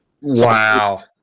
Wow